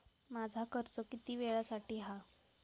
माझा कर्ज किती वेळासाठी हा?